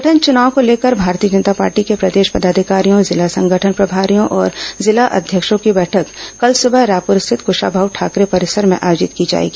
संगठन चुनाव को लेकर भारतीय जनता पार्टी के प्रदेश पदाधिकारियों जिला संगठन प्रभारियों और जिला अध्यक्षों की बैठक कल सुबह रायपुर स्थित कशामाऊ ठाकरे परिसर में आयोजित की जाएगी